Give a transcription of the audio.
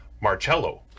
Marcello